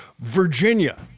Virginia